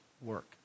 work